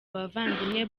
bavandimwe